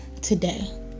today